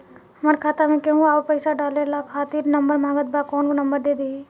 हमार खाता मे केहु आउर पैसा डाले खातिर नंबर मांगत् बा कौन नंबर दे दिही?